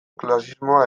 klasismoa